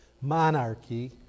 monarchy